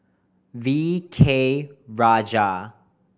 V K Rajah